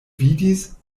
vidis